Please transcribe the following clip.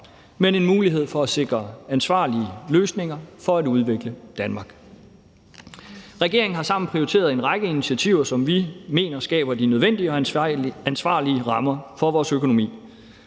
men en mulighed for at sikre ansvarlige løsninger for at udvikle Danmark. Regeringen har sammen prioriteret en række initiativer, som vi mener skaber de nødvendige og ansvarlige rammer for vores økonomi.